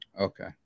Okay